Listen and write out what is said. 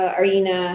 arena